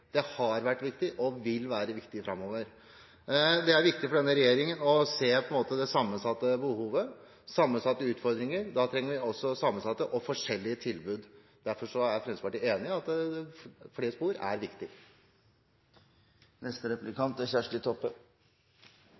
Det har vært viktig og vil være viktig framover. Det er viktig for denne regjeringen å se på det sammensatte behovet, de sammensatte utfordringene. Da trenger vi også sammensatte og forskjellige tilbud. Derfor er Fremskrittspartiet enig i at flere spor er viktig.